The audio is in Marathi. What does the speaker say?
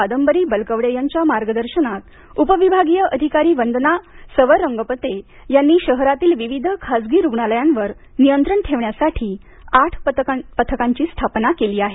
कादंबरी बलकवडे यांच्या मार्गदर्शनात उपविभागीय अधिकारी वंदना सवरंगपते यांनी शहरातील विविध खाजगी रुग्णालयांवर नियंत्रण ठेवण्यासाठी आठ पथकांची स्थापन केली आहे